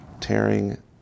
tearing